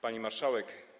Pani Marszałek!